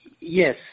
Yes